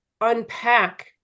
unpack